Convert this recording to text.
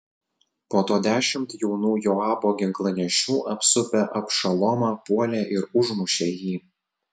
po to dešimt jaunų joabo ginklanešių apsupę abšalomą puolė ir užmušė jį